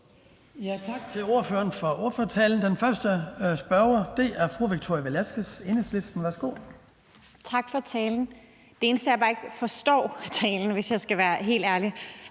Tak for talen. Det eneste, jeg bare ikke forstår af talen, hvis jeg skal være helt ærlig,